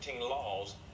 laws